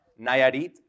Nayarit